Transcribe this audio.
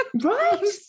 Right